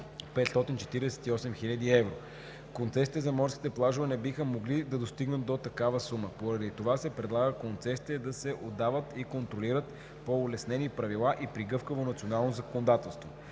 548 000 евро. Концесиите за морските плажове не биха могли да достигнат до такава сума. Поради това се предлага концесиите да се отдават и контролират по улеснени правила и при гъвкаво национално законодателство.